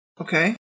Okay